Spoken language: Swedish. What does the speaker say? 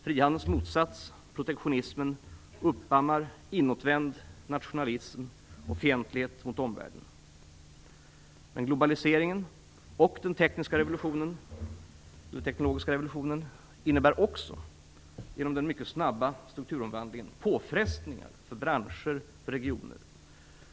Frihandelns motsats, protektionismen, uppammar inåtvänd nationalism och fientlighet mot omvärlden. Globaliseringen och den teknologiska revolutionen innebär också, genom den mycket snabba strukturomvandlingen, påfrestningar för branscher och regioner.